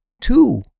two